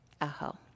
Aho